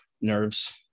nerves